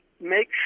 make